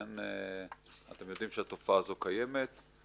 אתם יודעים שהתופעה הזו קיימת,